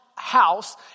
house